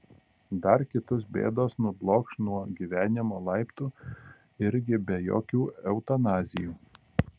dar kitus bėdos nublokš nuo gyvenimo laiptų irgi be jokių eutanazijų